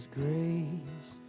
grace